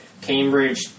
Cambridge